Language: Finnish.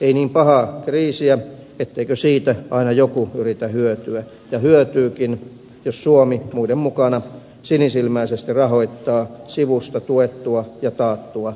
ei niin pahaa kriisiä etteikö siitä aina joku yritä hyötyä ja hyötyykin jos suomi muiden mukana sinisilmäisesti rahoittaa sivusta tuettua ja tarttuvat